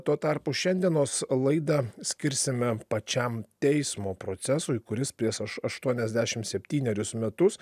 tuo tarpu šiandienos laidą skirsime pačiam teismo procesui kuris prieš aštuoniasdešimt septynerius metus